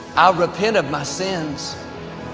repent of my sins.